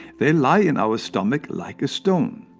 they lie in our stomach like a stone.